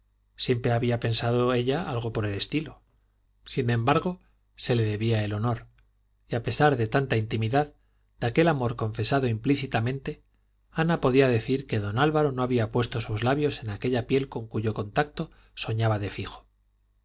siempre había pensado ella algo por el estilo sin embargo se le debía el honor y a pesar de tanta intimidad de aquel amor confesado implícitamente ana podía decir que don álvaro no había puesto sus labios en aquella piel con cuyo contacto soñaba de fijo